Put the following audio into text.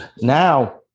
Now